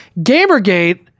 Gamergate